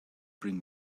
bring